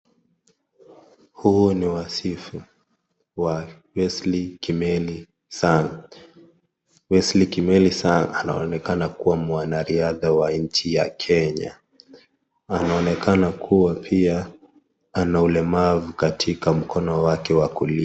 Huu ni wasifu wa Wesley Kimeli Sang. Wesley Kimeli Sang anaonekana kuwa mwanariadha wa nchi ya Kenya. Anaonekana pia ana ulemavu katika mkono wake wa kulia.